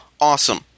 awesome